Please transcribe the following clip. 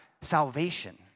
salvation